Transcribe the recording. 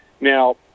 Now